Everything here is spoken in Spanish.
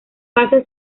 pasa